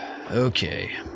Okay